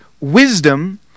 wisdom